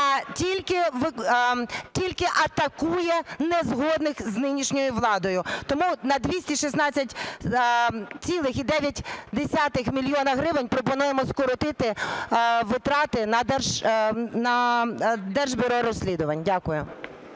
тільки атакує незгодних з нинішньою владою. Тому на 216,9 мільйона гривень пропонуємо скоротити витрати на Держбюро розслідувань. Дякую.